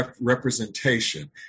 representation